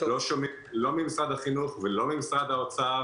לא שומעים לא ממשרד החינוך ולא ממשרד האוצר